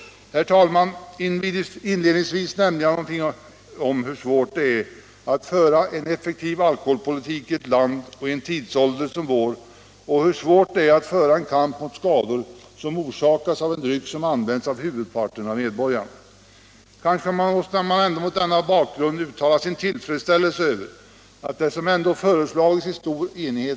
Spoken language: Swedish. Herr talman! Inledningsvis nämnde jag hur svårt det är att föra en effektiv alkoholpolitik i detta land och i en tidsålder som vår och hur svårt det är att föra en kamp mot skador, som orsakas av en dryck som används av huvudparten av medborgarna. Kanske bör man mot denna bakgrund uttala sin tillfredsställelse över det arbete som nedlagts och över att förslagen lagts fram i stor enighet.